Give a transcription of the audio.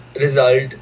result